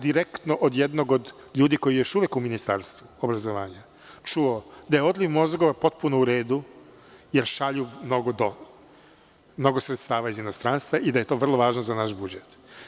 Direktno sam od jednog od ljudi, koji je još uvek u Ministarstvu obrazovanja, čuo da je odliv mozgova potpuno u redu, jer šalju mnogo sredstava iz inostranstva i da je to vrlo važno za naš budžet.